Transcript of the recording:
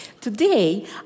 today